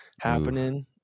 happening